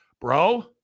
Bro